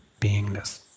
beingness